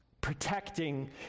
protecting